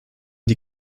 die